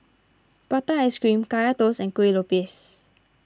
Prata Ice Cream Kaya Toast and Kueh Lopes